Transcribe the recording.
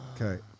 Okay